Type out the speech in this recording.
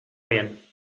bien